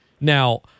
Now